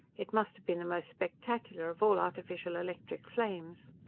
it must have been the most spectacular of all artificial electric flames.